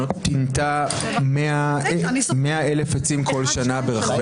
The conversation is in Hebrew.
תינטע מאה אלף עצים בכל שנה ברחבי ישראל".